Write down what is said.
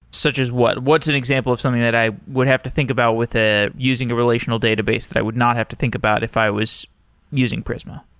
such as what? what's an example of something that i would have to think about with ah using a relational database that i would not have to think about if i was using prisma?